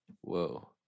Whoa